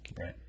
Right